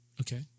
Okay